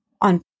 on